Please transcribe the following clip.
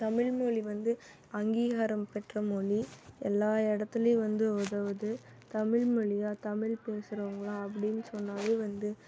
தமிழ்மொழி வந்து அங்கீகாரம் பெற்ற மொழி எல்லா இடத்துலயும் வந்து உதவுவது தமிழ்மொழியா தமிழ் பேசுறவங்களா அப்படின்னு சொன்னாவே வந்து